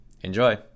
Enjoy